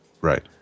Right